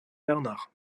bernard